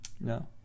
No